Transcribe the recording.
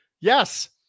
Yes